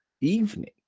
evening